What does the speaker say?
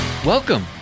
Welcome